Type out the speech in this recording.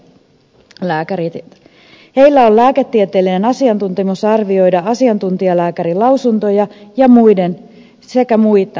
heillä on lääketieteellinen asiantuntemus arvioida asiantuntijalääkärin lausuntoja sekä muita lääkärinlausuntoja